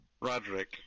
Roderick